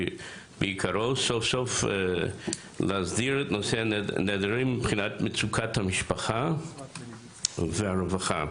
שבא להסדיר את נושא הנעדרים מבחינת מצוקת המשפחה והרווחה.